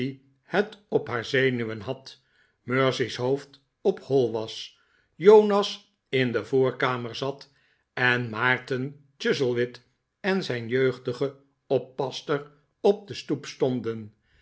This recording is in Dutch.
het op haar zenuwen had mercy's hoofd op hoi was jonas in de voorkamer zat en maarten chuzzlewit en zijn jeugdige oppasster op de stoep stonden